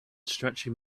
stretching